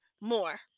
more